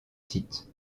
sites